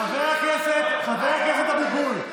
חבר הכנסת אבוטבול,